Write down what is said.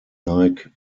nike